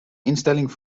instelling